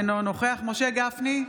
אינו נוכח משה גפני,